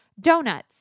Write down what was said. donuts